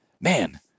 Man